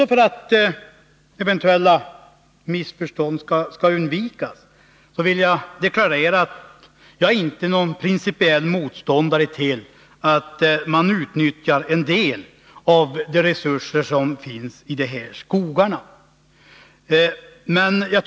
För att undvika missförstånd vill jag vidare deklarera att jag inte är någon principiell motståndare till att en del av de resurser som finns i de aktuella skogarna utnyttjas.